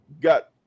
got